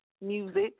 music